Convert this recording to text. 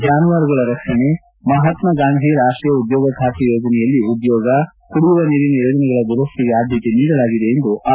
ಜಾನುವಾರುಗಳ ರಕ್ಷಣೆ ಮಹಾತ್ಮ ಗಾಂಧಿ ರಾಷ್ಟೀಯ ಉದ್ಯೋಗ ಖಾತ್ರಿ ಯೋಜನೆಯಲ್ಲಿ ಉದ್ಯೋಗ ಕುಡಿಯುವ ನೀರಿನ ಯೋಜನೆಗಳ ದುರಸ್ತಿಗೆ ಆದ್ದತೆ ನೀಡಲಾಗಿದೆ ಎಂದು ಆರ್